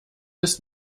ist